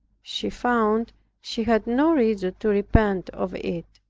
she found she had no reason to repent of it.